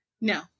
No